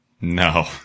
No